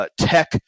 Tech